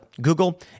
Google